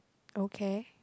okay